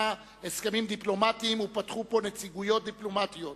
הסכמים דיפלומטיים ופתחו פה נציגויות דיפלומטיות.